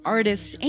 Artist